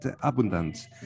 abundant